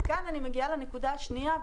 וכאן אני מגיעה לנקודה השנייה,